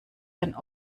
ein